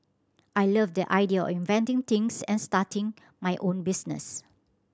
I love the idea of inventing things and starting my own business